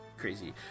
crazy